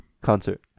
concert